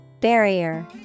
Barrier